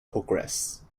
progress